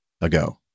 ago